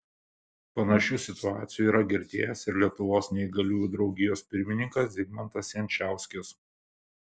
panašių situacijų yra girdėjęs ir lietuvos neįgaliųjų draugijos pirmininkas zigmantas jančauskis